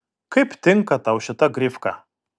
kaip tinka tau šita grifka